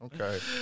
okay